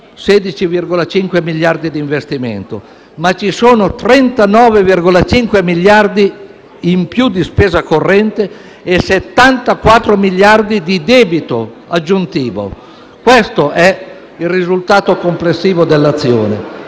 16,5 miliardi di euro di investimenti, ma ci sono 39,5 miliardi di euro in più di spesa corrente e 74 miliardi di euro di debito aggiuntivo. Questo è il risultato complessivo dell'azione,